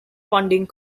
funding